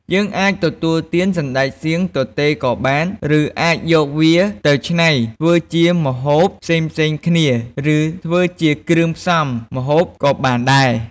យើងអាចទទួលទានសណ្តែកសៀងទទេក៏បាន ឬ អាចយកវាទៅឆ្នៃធ្វើជា ម្ហូបផ្សេងៗគ្នា ឬ ធ្វើជាគ្រឿងផ្សំម្ហូបក៏បានដែរ។